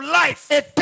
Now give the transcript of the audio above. life